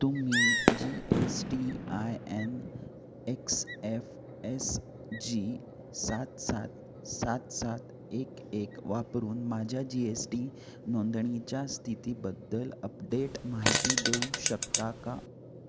तुम्ही G S T I N X F S G सात सात सात सात एक एक वापरून माझ्या जी एस टी नोंदणीच्या स्थितीबद्दल अपडेट माहिती देऊ शकता का